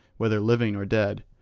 whether living or dead.